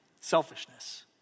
selfishness